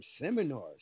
seminars